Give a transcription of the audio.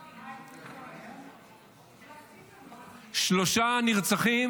יואב, 28. שלושה נרצחים